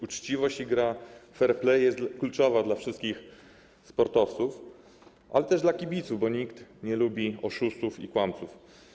Uczciwość i gra fair play są kluczowe dla wszystkich sportowców, ale też dla kibiców, bo nikt nie lubi oszustów i kłamców.